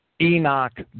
Enoch